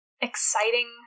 exciting